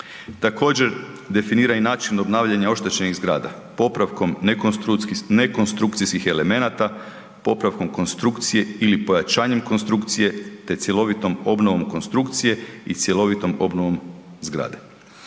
Također, definira i način obnavljanja oštećenih zgrada, popravkom nekonstrukcijskih elemenata, popravkom konstrukcije ili pojačanjem konstrukcije te cjelovitom obnove konstrukcije i cjelovitom obnovom zgrade.